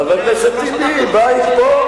חבר הכנסת טיבי, בית פה?